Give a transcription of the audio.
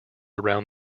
around